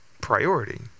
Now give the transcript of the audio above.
priority